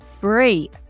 free